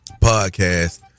podcast